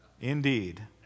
indeed